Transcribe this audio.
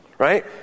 Right